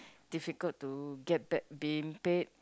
difficult to get bet being paid